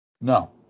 No